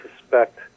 suspect